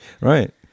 Right